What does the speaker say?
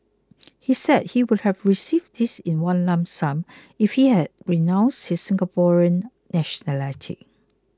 he said he would have received this in one lump sum if he had renounced his Singaporean nationality